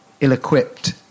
ill-equipped